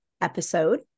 episode